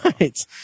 Right